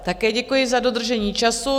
Také děkuji za dodržení času.